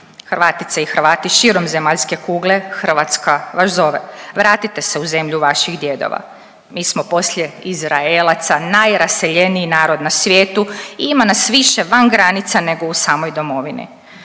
Hrvatice i Hrvati širom zemaljske kugle Hrvatska vas zove, vratite se u zemlju vaših djedova. Mi smo poslije Izraelaca najraseljeniji narod na svijetu i ima nas više van granica nego u samoj domovini.